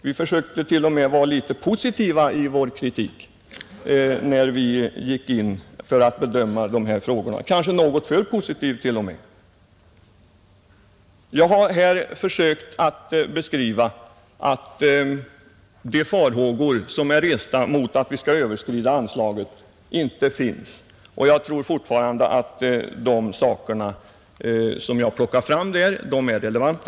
Vi försökte t.o.m., vara litet positiva i vår kritik, när vi gick in för att bedöma dessa frågor — kanske något för positiva till och med, Jag har här försökt att visa att de farhågor som är resta för att vi skall överskrida anslaget inte är berättigade. Jag tror fortfarande att de saker som jag har plockat fram är relevanta.